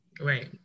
Right